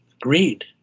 Greed